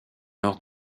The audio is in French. nord